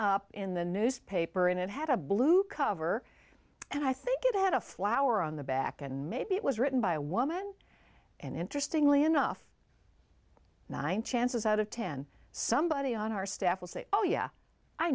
up in the newspaper and it had a blue cover and i think it had a flower on the back and maybe it was written by a woman and interestingly enough nine chances out of ten somebody on our staff will say oh yeah i